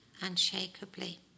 unshakably